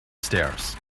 stairs